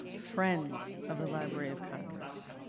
friends of the library of congress,